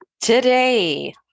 Today